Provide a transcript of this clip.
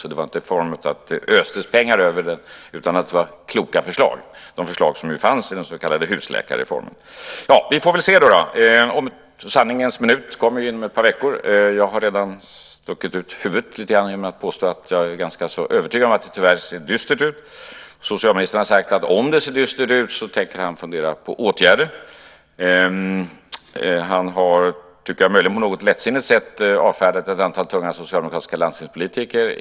Det var alltså inte så att det östes pengar över sjukvården utan det var fråga om kloka förslag i den så kallade husläkarreformen. Vi får väl se om sanningens minut kommer inom ett par veckor. Jag har redan stuckit ut huvudet lite grann genom att påstå att jag är ganska övertygad om att det tyvärr ser dystert ut. Socialministern har sagt att han om det ser dystert ut tänker fundera på åtgärder. Jag tycker att han möjligen på ett något lättsinnigt sätt avfärdat ett antal tunga socialdemokratiska landstingspolitiker.